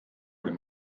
dem